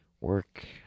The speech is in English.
Work